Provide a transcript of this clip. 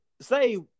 say